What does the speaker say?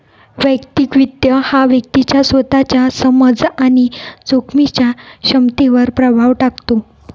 वैयक्तिक वित्त हा व्यक्तीच्या स्वतःच्या समज आणि जोखमीच्या क्षमतेवर प्रभाव टाकतो